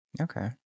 Okay